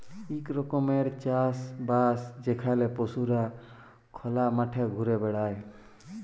ইক রকমের চাষ বাস যেখালে পশুরা খলা মাঠে ঘুরে বেড়ায়